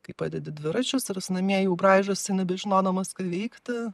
kai padedi dviračius ir jis namie jau braižosi nebežinodamas ką veikti